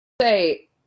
say